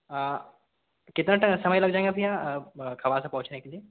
अ कितना ट समय लग जाएगा भैया खवासा पहुँचने के लिए